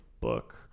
book